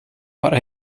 para